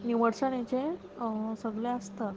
निवडसणेचे सगले आसता